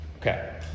Okay